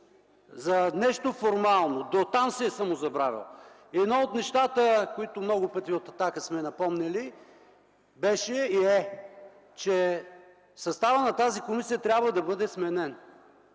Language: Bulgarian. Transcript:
за нещо формално – дотам се е самозабравил. Едно от нещата, което много пъти от „Атака” сме напомняли, беше и е, че съставът на тази комисия трябва да бъде сменен.